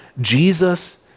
Jesus